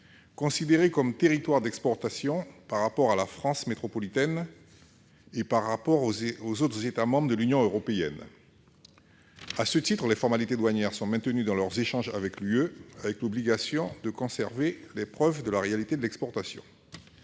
considérés comme territoires d'exportation par la France métropolitaine par rapport aux autres États membres de l'Union européenne. À ce titre, les formalités douanières sont maintenues dans leurs échanges avec l'Union européenne, avec l'obligation de conserver les preuves de la réalité de l'exportation.